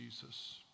Jesus